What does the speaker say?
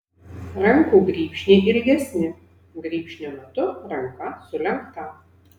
rankų grybšniai ilgesni grybšnio metu ranka sulenkta